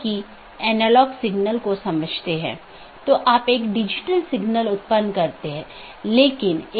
इसपर हम फिर से चर्चा करेंगे